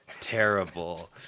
terrible